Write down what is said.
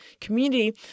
community